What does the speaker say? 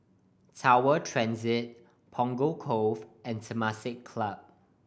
Tower Transit Punggol Cove and Temasek Club